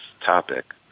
topic